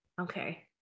Okay